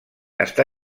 està